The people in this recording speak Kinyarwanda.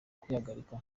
kwihagarika